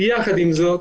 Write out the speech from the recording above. יחד עם זאת,